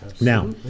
now